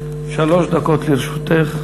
שלוש דקות לרשותך.